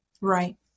Right